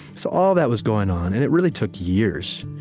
so all that was going on, and it really took years.